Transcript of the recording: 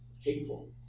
hateful